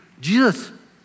Jesus